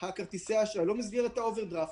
כרטיסי האשראי, לא מסגרת האוברדרפט.